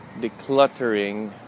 decluttering